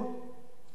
תקציבים.